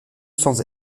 sans